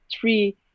three